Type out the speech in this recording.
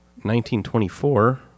1924